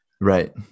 Right